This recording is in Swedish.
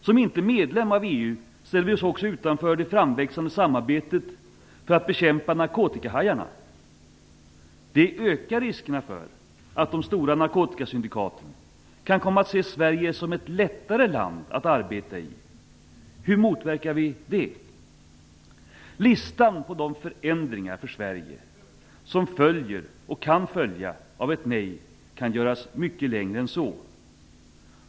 Som icke medlem av EU ställer vi oss också utanför det framväxande samarbetet för att bekämpa narkotikahajarna. Det ökar riskerna för att de stora narkotikasyndikaten kommer att se Sverige som ett lättare land att arbeta i. Hur motverkar vi det? Listan på de förändringar för Sverige som följer och kan följa av ett nej kan göras mycket längre än så.